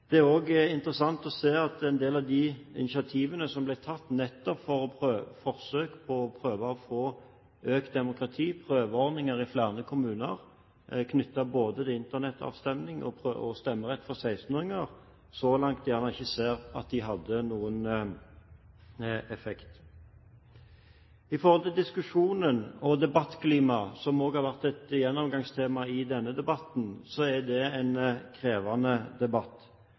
Det er også interessant å se at en del av de initiativene som ble tatt nettopp som forsøk på å få økt demokrati, prøveordninger i flere kommuner knyttet til både Internett-avstemninger og stemmerett for 16-åringer, så langt ikke har hatt noen effekt. Når det gjelder diskusjonen og debattklimaet, som også har vært et gjennomgangstema i denne debatten, er det en krevende debatt.